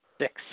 six